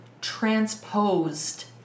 transposed